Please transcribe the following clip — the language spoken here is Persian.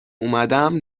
اومدم